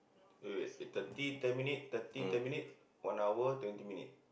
wait wait uh thirty ten minute thirty ten minute one hour twenty minute